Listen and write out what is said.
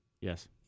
Yes